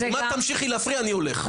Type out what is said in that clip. אם את תמשיכי להפריע, אני הולך.